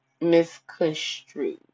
misconstrued